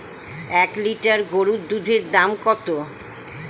এক লিটার গরুর দুধের দাম কত?